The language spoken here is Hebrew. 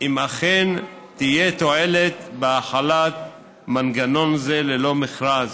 אם אכן תהיה תועלת בהחלת מנגנון זה ללא מכרז.